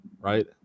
Right